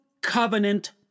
covenant